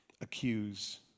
accuse